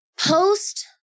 post